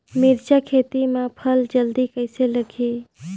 मिरचा खेती मां फल जल्दी कइसे लगही?